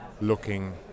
looking